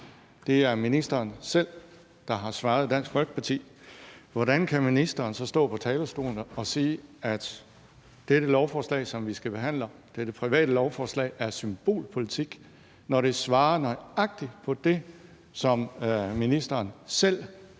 Det er ministeren selv, der har svaret Dansk Folkeparti. Hvordan kan ministeren så stå på talerstolen og sige, at dette private lovforslag, vi skal behandle, er symbolpolitik, når det svarer nøjagtig til det, som ministeren selv